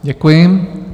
Děkuji.